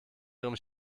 ihrem